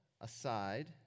aside